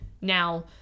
Now